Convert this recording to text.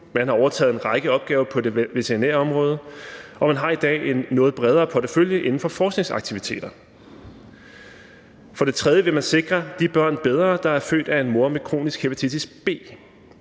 man har overtaget en række opgaver på det veterinære område, og man har i dag en noget bredere portefølje inden for forskningsaktiviteter. For det tredje vil man sikre de børn bedre, der er født af en mor med kronisk hepatitis B.